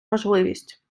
можливість